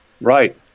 Right